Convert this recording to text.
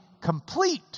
complete